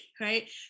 right